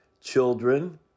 children